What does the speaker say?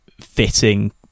fitting